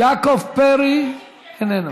יעקב פרי איננו.